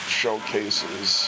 showcases